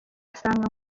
asanga